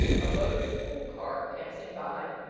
a loaded coal-cart passing by,